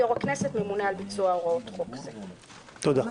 "יו"ר הכנסת ממונה על ביצוע הוראות חוק זה." תודה.